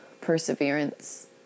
perseverance